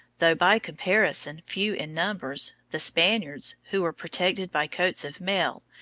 though by comparison few in numbers, the spaniards, who were protected by coats of mail,